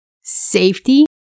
safety